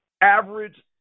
average